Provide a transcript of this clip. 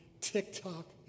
TikTok